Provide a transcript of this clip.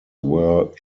were